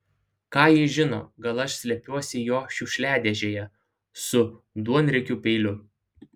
ką jis žino gal aš slepiuosi jo šiukšliadėžėje su duonriekiu peiliu